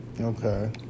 Okay